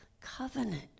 covenant